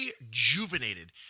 rejuvenated